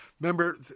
remember